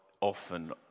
often